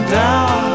down